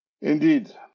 Indeed